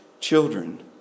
children